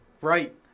Right